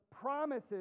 promises